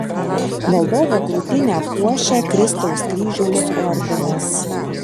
valdovo krūtinę puošia kristaus kryžiaus ordinas